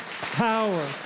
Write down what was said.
power